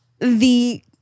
the-